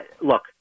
look